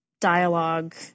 dialogue